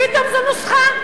פתאום זו נוסחה,